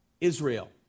Israel